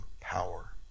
power